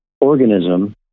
organism